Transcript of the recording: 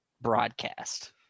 broadcast